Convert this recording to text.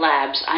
Labs